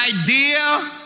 idea